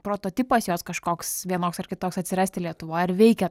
prototipas jos kažkoks vienoks ar kitoks atsirasti lietuvoj ar veikia